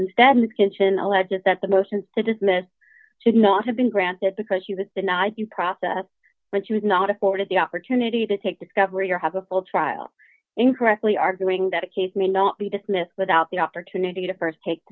instead the kitchen alleges that the motion to dismiss should not have been granted because she was denied due process when she was not afforded the opportunity to take discovery or have a full trial incorrectly arguing that a case may not be dismissed without the opportunity to st take